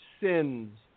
sins